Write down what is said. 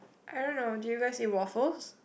I don't know do you guys eat waffles